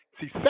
See